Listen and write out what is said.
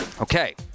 Okay